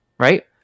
Right